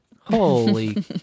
holy